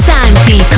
Santi